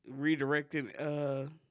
redirecting